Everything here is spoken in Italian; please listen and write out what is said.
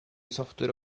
software